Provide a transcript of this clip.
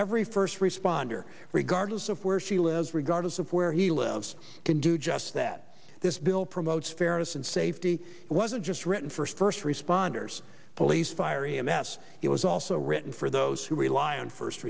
every first responder regardless of where she lives regardless of where he lives can do just that this bill promotes fairness and safety wasn't just written first first responders police fire e m s it was also written for those who rely on first